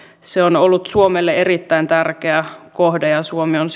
se on ollut suomelle erittäin tärkeä kohde ja suomi on